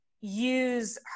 use